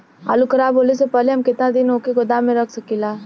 आलूखराब होने से पहले हम केतना दिन वोके गोदाम में रख सकिला?